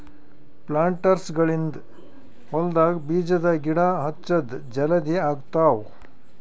ಪ್ಲಾಂಟರ್ಸ್ಗ ಗಳಿಂದ್ ಹೊಲ್ಡಾಗ್ ಬೀಜದ ಗಿಡ ಹಚ್ಚದ್ ಜಲದಿ ಆಗ್ತಾವ್